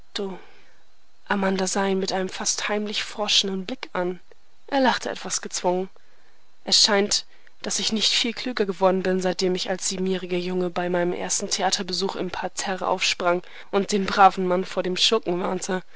amanda sah ihn mit einem fast heimlich forschenden blick an er lachte etwas gezwungen es scheint daß ich nicht viel klüger geworden bin seitdem ich als siebenjähriger junge bei meinem ersten theaterbesuch im parterre aufsprang und den braven mann vor dem schurken